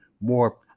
more